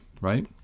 right